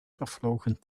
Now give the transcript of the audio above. vervlogen